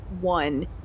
one